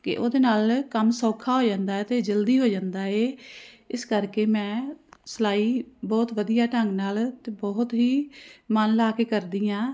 ਕਿ ਉਹਦੇ ਨਾਲ ਕੰਮ ਸੌਖਾ ਹੋ ਜਾਂਦਾ ਹੈ ਅਤੇ ਜਲਦੀ ਹੋ ਜਾਂਦਾ ਹੈ ਇਸ ਕਰਕੇ ਮੈਂ ਸਿਲਾਈ ਬਹੁਤ ਵਧੀਆ ਢੰਗ ਨਾਲ ਅਤੇ ਬਹੁਤ ਹੀ ਮਨ ਲਾ ਕੇ ਕਰਦੀ ਹਾਂ